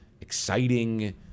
exciting